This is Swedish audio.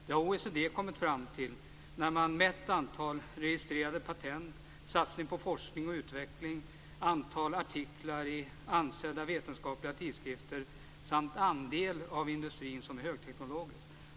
Det har OECD kommit fram till när man har mätt antal registrerade patent, satsning på forskning och utveckling, antal artiklar i ansedda vetenskapliga tidskrifter samt andel av industrin som är högteknologisk.